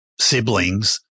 siblings